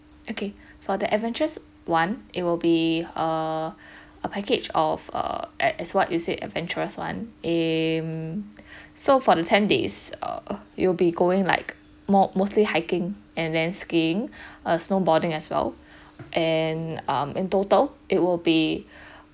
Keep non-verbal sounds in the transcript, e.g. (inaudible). okay for the adventurous one it will be a a package of uh at as what you said adventurous one aim so for the ten days err you'll be going like mo~ mostly hiking and then skiing err snowboarding as well and um in total it will be (breath)